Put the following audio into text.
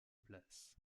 place